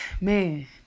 man